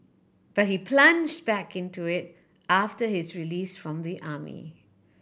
but he plunge back into it after his release from the army